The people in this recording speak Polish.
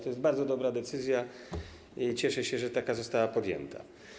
To jest bardzo dobra decyzja i cieszę się, że została ona podjęta.